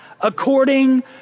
according